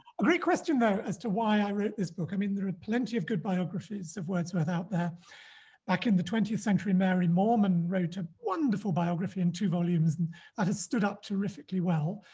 a great question though as to why i wrote this book. i mean there are plenty of good biographies of wordsworth. out there back in the twentieth century mary moorman wrote a wonderful biography in two volumes and that has stood up terrifically well,